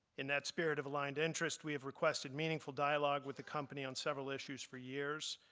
in that spirit of aligned interest we have requested meaningful dialogue with the company on several issues for years,